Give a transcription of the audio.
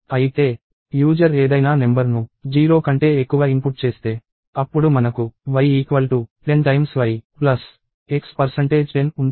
అయితే యూజర్ ఏదైనా నెంబర్ ను 0 కంటే ఎక్కువ ఇన్పుట్ చేస్తే అప్పుడు మనకు y 10y x10 ఉంటుంది